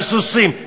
על סוסים.